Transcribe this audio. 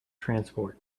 transport